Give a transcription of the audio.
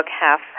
half